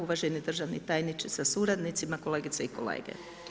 Uvaženi državni tajniče sa suradnicima, kolegice i kolege.